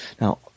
Now